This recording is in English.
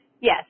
Yes